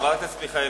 חברת הכנסת מיכאלי,